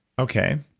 okay.